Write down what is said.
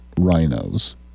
rhinos